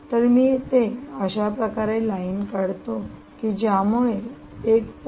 तर मी येथे अशाप्रकारे लाईन काढतो की ज्यामुळे 1